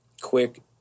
quick